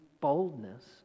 boldness